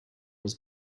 was